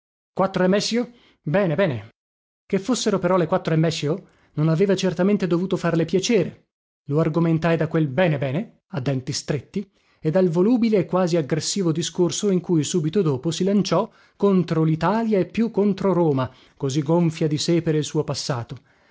quattro e meccio bene bene che fossero però le quattro e meccio non aveva certamente dovuto farle piacere lo argomentai da quel bene bene a denti stretti e dal volubile e quasi aggressivo discorso in cui subito dopo si lanciò contro litalia e più contro roma così gonfia di sé per il suo passato